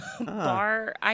bar